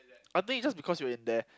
I think it's just because you were in there